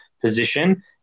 position